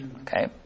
Okay